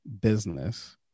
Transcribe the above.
business